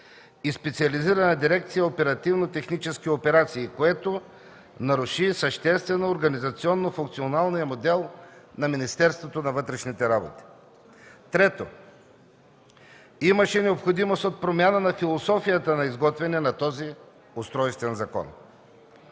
и специализирана дирекция „Оперативно-технически операции”, което наруши съществено организационно-функционалния модел на Министерството на вътрешните работи. Трето, имаше необходимост от промяна на философията на изготвяне на този устройствен закон.